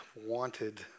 wanted